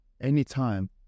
anytime